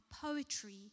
poetry